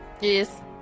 Yes